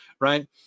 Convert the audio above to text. right